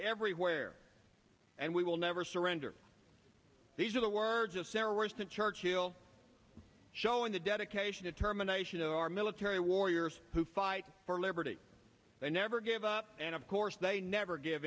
everywhere and we will never surrender these are the words of steroids to churchill showing the dedication to terminations of our military warriors who fight for liberty they never give up and of course they never give